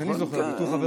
אני זוכר גם בתור חבר כנסת,